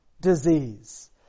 disease